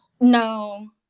No